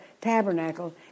tabernacle